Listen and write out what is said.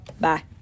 Bye